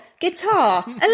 Guitar